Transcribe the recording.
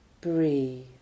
Breathe